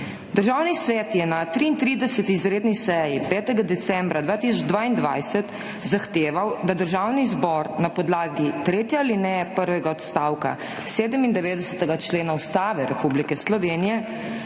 Državni svet je na 33. izredni seji, 5. decembra 2022 zahteval, da Državni zbor na podlagi tretje alineje prvega odstavka 97. člena Ustave Republike Slovenije